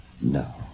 No